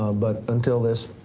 ah but until this,